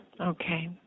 Okay